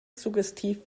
suggestiv